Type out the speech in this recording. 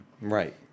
Right